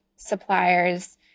suppliers